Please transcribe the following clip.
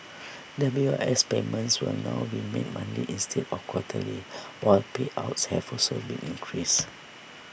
W I S payments will now be made monthly instead of quarterly while payouts have also been increased